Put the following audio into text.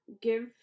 give